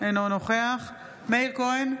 אינו נוכח מאיר כהן,